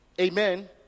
Amen